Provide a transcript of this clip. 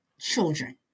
children